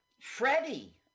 Freddie